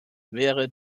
wäre